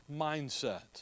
mindset